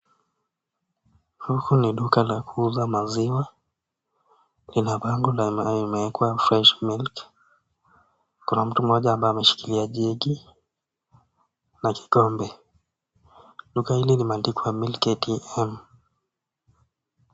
Hili ni duka la kuuza maziwa, lina bango lililowekewa fresh milk kuna mtu mmoja ambaye ameshikilia jegi na kikombe, duka hili limeandikwa milk Atm .